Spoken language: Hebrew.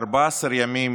14 ימים,